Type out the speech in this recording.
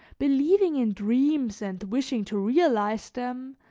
believing in dreams and wishing to realize them,